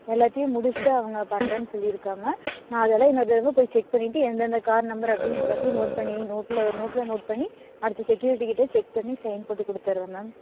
எல்லாத்தையும் முடிச்சுட்டு அவங்க பண்ணுறேன்னு சொல்லியிருக்காங்க நான் அதெல்லாம் இன்னொரு தடவை போய் செக் பண்ணிவிட்டு எந்தந்த கார் நம்பர் அப்படின்னு எல்லாத்தையும் நோட் பண்ணி நோட்டில் நோட்டில் நோட் பண்ணி அடுத்த செக்யூரிட்டிக்கிட்டே செக் பண்ணி சைன் போட்டு கொடுத்தட்றேன் மேம்